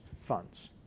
funds